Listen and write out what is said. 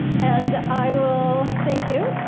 and i will thank you.